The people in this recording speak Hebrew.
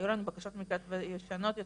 היו לנו בקשות מקלט ישנות יותר,